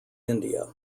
india